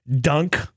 dunk